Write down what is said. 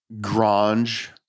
Grange